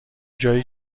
جایی